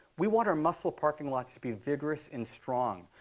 we want our muscle parking lots to be vigorous and strong.